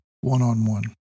one-on-one